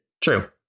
True